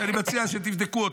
ואני מציע שתבדקו אותו.